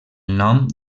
nom